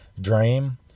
dream